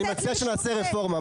אני מציע שנעשה רפורמה,